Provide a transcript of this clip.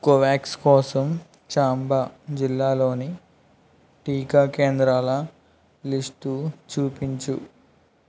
Covax కోసం చాంబా జిల్లాలోని టీకా కేంద్రాల లిస్టు చూపించు